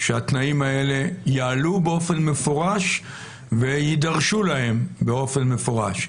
שהתנאים האלה יעלו באופן מפורש ויידרשו להם באופן מפורש.